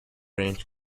range